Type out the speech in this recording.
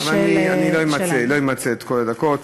לא אמצה את כל הדקות.